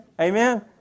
amen